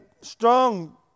strong